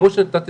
בלי כל קשר,